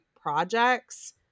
projects